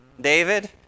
David